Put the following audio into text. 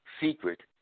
secret